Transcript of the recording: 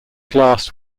glass